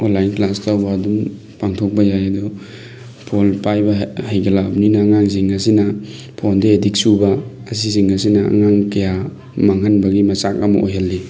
online class ꯇꯧꯕ ꯑꯗꯨꯝ ꯄꯥꯡꯊꯣꯛꯄ ꯌꯥꯏ ꯑꯗꯨ ꯐꯣꯟ ꯄꯥꯏꯕ ꯍꯩꯒꯠꯂꯛꯑꯕꯅꯤꯅ ꯑꯉꯥꯡꯁꯤꯡ ꯑꯁꯤꯅ ꯐꯣꯟꯗ ꯑꯦꯗꯤꯛ ꯆꯨꯕ ꯑꯁꯤꯁꯤꯡ ꯑꯁꯤꯅ ꯑꯉꯥꯡ ꯀꯌꯥ ꯃꯥꯡꯍꯟꯕꯒꯤ ꯃꯆꯥꯛ ꯑꯃ ꯑꯣꯏꯍꯜꯂꯤ